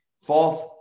Fourth